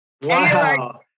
Wow